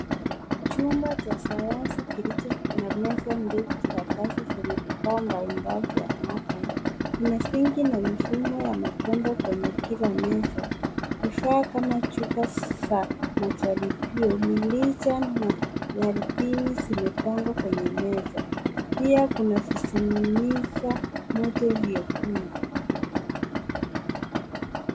Chumba cha sayansi kilicho na meza ndefu za kazi zenye vifaa mbalimbali vya maabara. Kuna sinki na mifumo wa mabomba kwenye kila meza. Mwishowe kama chupa za majaribio, mirija na darubini zimepangwa kwenye meza. Pia kuna visungumiza moto vyekundu.